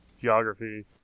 geography